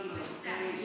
לא, לא, לא.